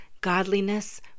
godliness